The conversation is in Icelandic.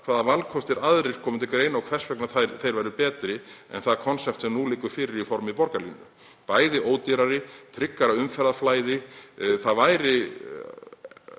hvaða valkostir aðrir komi til greina og hvers vegna þeir væru betri en það konsept sem nú liggur fyrir í formi borgarlínu. Þeir væru ódýrari og með tryggara umferðarflæði. Það væri